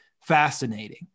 fascinating